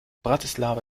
bratislava